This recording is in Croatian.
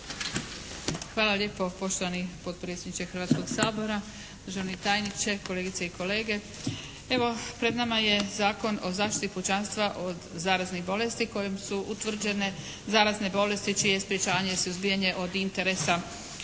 Hvala lijepo. Poštovani potpredsjedniče Hrvatskoga sabora, državni tajniče, kolegice i kolege. Evo, pred nama je Zakon o zaštiti pučanstva od zaraznih bolesti kojima su utvrđene zarazne bolesti čije je sprječavanje i suzbijanje od interesa